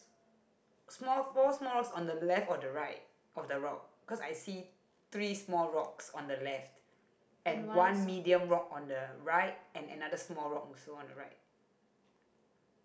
and one sma~